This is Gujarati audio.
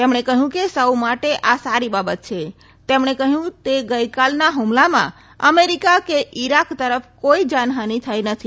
તેમણે કહ્યું કે સૌ માટે આ સારી બાબત છે તેમણે કહ્યું તે ગઈકાલના હુમલામાં અમેરિકા કે ઈરાક તરફ કોઈ જાનહાની થઈ નથી